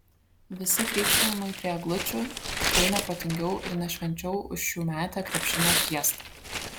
visi krykštavimai prie eglučių tikrai ne protingiau ir ne švenčiau už šiųmetę krepšinio fiestą